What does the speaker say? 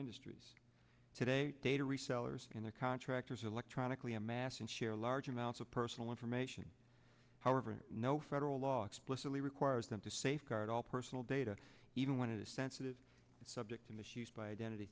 industries today data resellers in their contractors electronically amass and share a large amounts of personal information however no federal law explicitly requires them to safeguard all personal data even one of the sensitive subject to misuse by identity